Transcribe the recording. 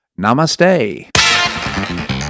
Namaste